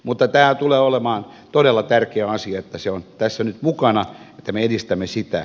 mutta tämä tulee olemaan todella tärkeä asia että se on tässä nyt mukana ja me edistämme sitä